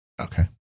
Okay